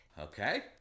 Okay